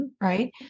right